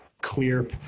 clear